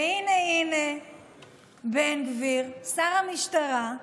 והינה, הינה בן גביר, שר המשטרה,